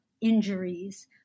injuries